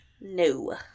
No